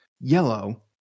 yellow